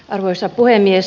arvoisa puhemies